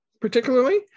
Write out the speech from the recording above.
particularly